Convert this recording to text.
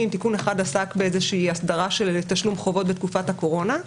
תיקון אחד עסק באיזושהי הסדרה של תשלום חובות בתקופת הקורונה.